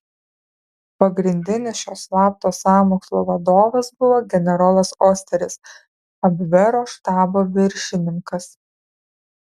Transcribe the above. pagrindinis šio slapto sąmokslo vadovas buvo generolas osteris abvero štabo viršininkas